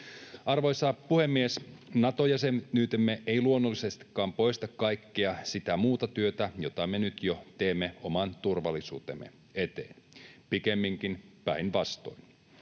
Arvoisa puhemies! Nato-jäsenyytemme ei luonnollisestikaan poista kaikkea sitä muuta työtä, jota me nyt jo teemme oman turvallisuutemme eteen, pikemminkin päinvastoin.